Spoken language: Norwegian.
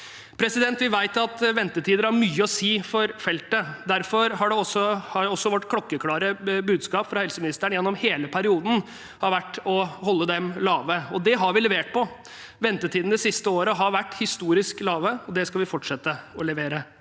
til 2023. Vi vet at ventetider har mye å si for feltet. Derfor har også det klokkeklare budskapet fra helseministeren gjennom hele perioden vært å holde dem lave, og det har vi levert på. Ventetidene det siste året har vært historisk lave, og det skal vi fortsette å levere